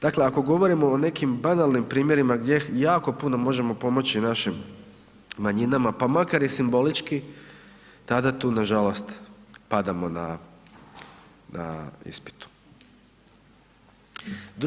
Dakle, ako govorimo o nekim banalnim primjerima gdje jako puno možemo pomoći našim manjinama, pa makar i simbolički, tada tu nažalost padamo na, na ispitu.